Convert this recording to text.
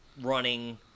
running